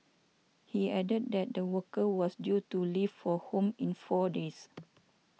he added that the worker was due to leave for home in four days